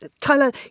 Tyler